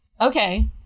Okay